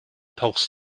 tauchst